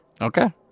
Okay